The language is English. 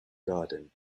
garden